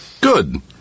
Good